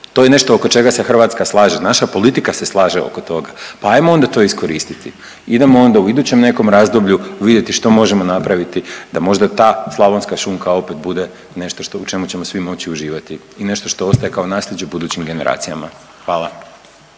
to je nešto oko se čega Hrvatska slaže, naša politika se slaže oko toga, pa ajmo onda to iskoristiti. Idemo onda u idućem nekom razdoblju vidjeti što možemo napraviti da možda ta slavonska šunka opet bude nešto u čemu ćemo svi moći uživati i nešto što ostaje kao naslijeđe budućim generacijama, hvala.